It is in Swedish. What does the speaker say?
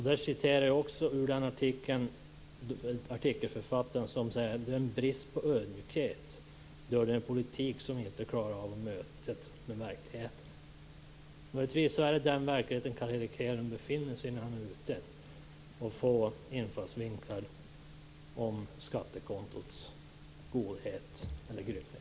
I denna artikel står det också om, och det är artikelförfattaren som säger det: den brist på ödmjukhet då man hade en politik som inte klarade av mötet med verkligheten. Möjligtvis är det den verkligheten Carl Erik Hedlund befinner sig i när han är ute och får infallsvinklar om skattekontots godhet eller grymhet.